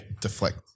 Deflect